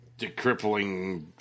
decrippling